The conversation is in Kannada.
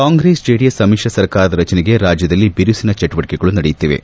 ಕಾಂಗ್ರೆಸ್ ಜೆಡಿಎಸ್ ಸಮಿಶ್ರ ಸರ್ಕಾರದ ರಚನೆಗೆ ರಾಜ್ಯದಲ್ಲಿ ಬಿರುಸಿನ ಚಟುವಟಕೆಗಳು ನಡೆಯುತ್ತಿವೆ